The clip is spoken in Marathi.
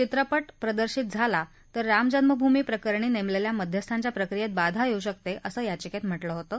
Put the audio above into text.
चित्रपट प्रदर्शित झाला तर रामजन्मभूमी प्रकरणी नेमलेल्या मध्यस्थांच्या प्रक्रियेत बाधा येऊ शकते असं याचिकेत म्हटलं होतं